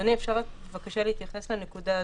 אדוני, אפשר, בבקשה, להתייחס רק לנקודה הזאת?